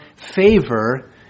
favor